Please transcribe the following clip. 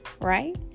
right